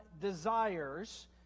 desires